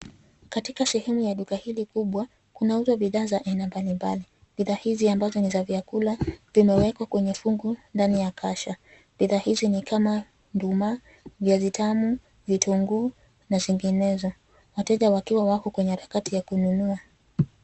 Katika sehemu ya duka hili kubwa, kunauzwa bidhaa za aina mbalimbali. Bidhaa hizi ambazo ni za vyakula, zimewekwa kwenye fungu ndani ya kasha. Bidhaa hizi ni kama nduma, viazi tamu, vitunguu na zinginezo, wateja wakiwa wako kwenye harakati za kuzinunua.